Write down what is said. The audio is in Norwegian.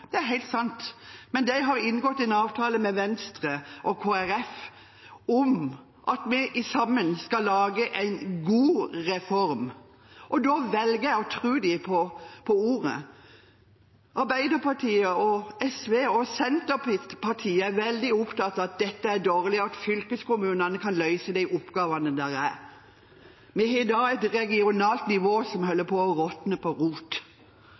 Det er helt sant, men de har inngått en avtale med Venstre og Kristelig Folkeparti om at vi sammen skal lage en god reform. Da velger jeg å ta dem på ordet. Arbeiderpartiet, SV og Senterpartiet er veldig opptatt av at dette er dårlig, og at fylkeskommunene kan løse de oppgavene som er. Vi har i dag et regionalt nivå som holder på å råtne på rot,